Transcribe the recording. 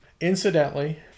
Incidentally